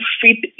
fit